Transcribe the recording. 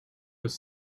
with